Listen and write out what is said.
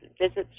visits